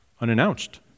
unannounced